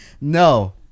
No